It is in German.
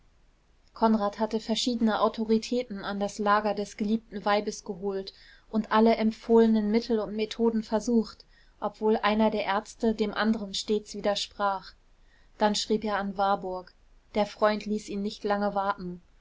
konrad hatte verschiedene autoritäten an das lager des geliebten weibes geholt und alle empfohlenen mittel und methoden versucht obwohl einer der ärzte dem anderen stets widersprach dann schrieb er an warburg der freund ließ ihn nicht lange warten